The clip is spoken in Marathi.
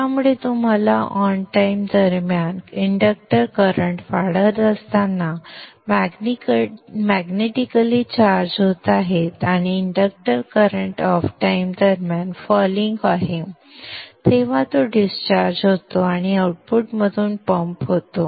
त्यामुळे तुम्हाला ऑन टाईम दरम्यान इंडक्टर करंट वाढत असताना मॅग्नेटिकलि चार्ज होत आहे आणि इंडक्टर करंट ऑफ टाईम दरम्यान फॉलींग आहे तेव्हा तो डिस्चार्ज होतो आणि आउटपुटमधून पंप होतो